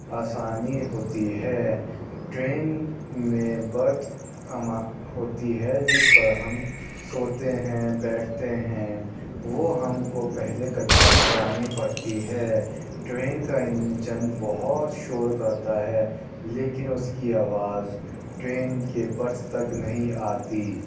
آسانی ہوتی ہے ٹرین میں بٹ اماں ہوتی ہے جس پر ہم سوتے ہیں بیٹھتے ہیں وہ ہم کو پہلے کنفرم کرانی پڑتی ہے ٹرین کا اِنجن بہت شور کرتا ہے لیکن اُس کی آواز ٹرین کے بٹز تک نہیں آتی